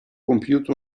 compiuto